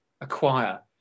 acquire